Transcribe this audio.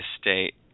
State